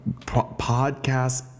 Podcast